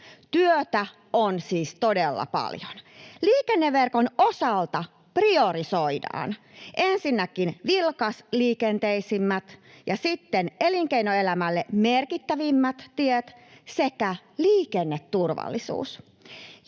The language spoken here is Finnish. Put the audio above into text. Työtä on siis todella paljon. Liikenneverkon osalta priorisoidaan ensinnäkin vilkasliikenteisimmät ja sitten elinkeinoelämälle merkittävimmät tiet sekä liikenneturvallisuus.